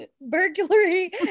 Burglary